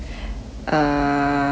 err